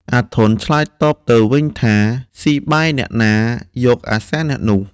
អាធន់ ឆ្លើយតបទៅវិញថា ” ស៊ីបាយអ្នកណា យកអាសាអ្នកនោះ”។